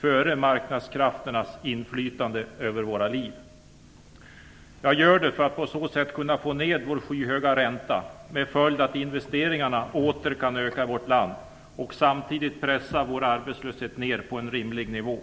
före marknadskrafternas inflytande över våra liv. Jag gör det för att på så sätt kunna få ned vår skyhöga ränta med följden att investeringarna åter kan öka i vårt land och samtidigt att vår arbetslöshet pressas ned på en rimlig nivå.